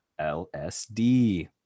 lsd